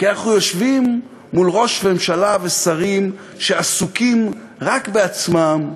כי אנחנו יושבים מול ראש ממשלה ושרים שעסוקים רק בעצמם,